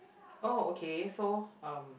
oh okay so um